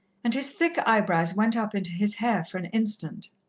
and his thick eyebrows went up into his hair for an instant,